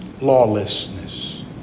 lawlessness